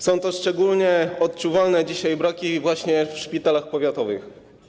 Są to szczególnie odczuwalne dzisiaj braki właśnie w szpitalach powiatowych.